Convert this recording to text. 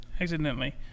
accidentally